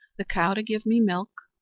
the cow to give me milk,